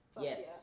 Yes